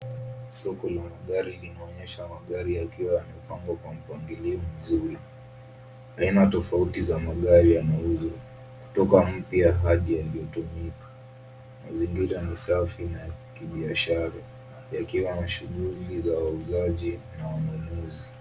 Soko la magari linaonyesha magari yakiwa yamepangwa kwa mpangilio mzuri . Aina tofauti za magari yanauzwa kutoka mpya hadi yaliyotumika. Mazingira ni safi na ya kibiashara, yakiwa na shughuli za wauzaji na wanunuzi.